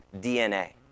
DNA